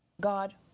god